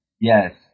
Yes